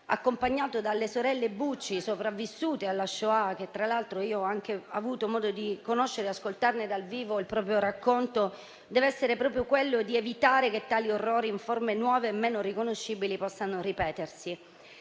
accompagnato dalle sorelle Bucci sopravvissute alla Shoah, che tra l'altro ho avuto modo di conoscere e il cui racconto ho potuto ascoltare dal vivo - deve essere proprio quello di evitare che tali orrori, in forme nuove e meno riconoscibili, possano ripetersi.